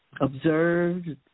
observed